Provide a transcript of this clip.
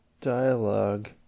dialogue